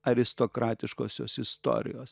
aristokratiškosios istorijos